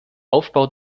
aufbau